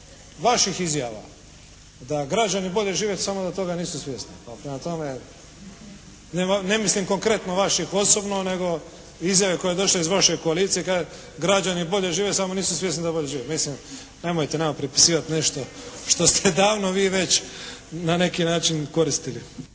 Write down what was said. vaših izjava da građani bolje žive samo da toga nisu svjesni. Pa prema tome ne mislim konkretno vaših osobno, nego izjave koja je došla iz vaše koalicije. Kaže građani bole žive samo nisu svjesni da bolje žive. Mislim, nemojte nama pripisivati nešto što ste davno vi već na neki način koristili.